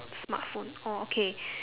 smartphone orh okay